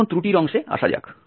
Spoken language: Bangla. এখন ত্রুটির অংশে আসা যাক